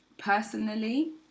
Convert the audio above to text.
personally